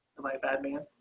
am i a bad man.